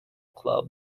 club